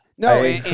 No